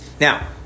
Now